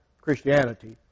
Christianity